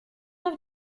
neuf